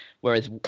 Whereas